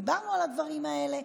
דיברנו על הדברים האלה.